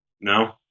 no